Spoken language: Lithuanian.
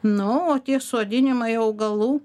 nu o tie sodinimai augalų